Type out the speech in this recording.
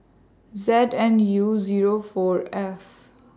Z and N U Zero four F